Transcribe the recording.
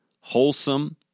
wholesome